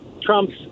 Trump's